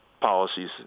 policies